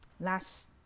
last